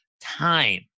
time